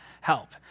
help